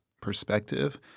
perspective